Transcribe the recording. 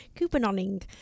Couponing